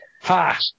Ha